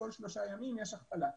כל שלושה ימים יש הכפלה.